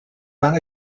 van